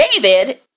David